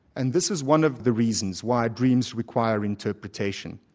and this is one of the reasons why dreams require interpretation.